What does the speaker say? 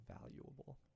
valuable